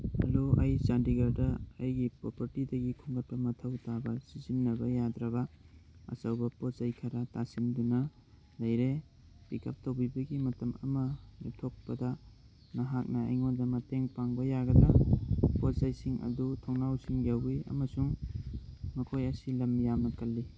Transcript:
hello ꯑꯩ ꯆꯥꯟꯗꯤꯒꯔꯗ ꯑꯩꯒꯤ ꯄ꯭ꯔꯣꯄꯔꯇꯤꯗꯒꯤ ꯈꯣꯝꯒꯇꯄ ꯃꯊꯧ ꯇꯥꯕ ꯁꯤꯖꯤꯟꯅꯕ ꯌꯥꯗ꯭ꯔꯕ ꯑꯆꯧꯕ ꯄꯣꯠ ꯆꯩ ꯈꯔ ꯇꯥꯁꯤꯟꯗꯨꯅ ꯂꯩꯔꯦ ꯄꯤꯛ ꯎꯞ ꯇꯧꯕꯤꯕꯒꯤ ꯃꯇꯝ ꯑꯃ ꯂꯦꯞꯊꯣꯛꯄꯗ ꯅꯍꯥꯛꯅ ꯑꯩꯉꯣꯟꯗ ꯃꯇꯦꯡ ꯄꯥꯡꯕ ꯌꯥꯒꯗ꯭ꯔꯥ ꯄꯣꯠ ꯆꯩꯁꯤꯡ ꯑꯗꯨ ꯊꯣꯡꯅꯥꯎꯁꯤꯡ ꯌꯥꯎꯋꯤ ꯑꯃꯁꯨꯡ ꯃꯈꯣꯏ ꯑꯁꯤ ꯂꯝ ꯌꯥꯝꯅ ꯀꯜꯂꯤ